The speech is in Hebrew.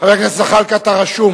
חבר הכנסת זחאלקה, אתה רשום.